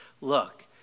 look